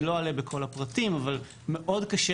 אני לא אלאה בכל הפרטים אבל מאוד קשה